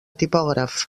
tipògraf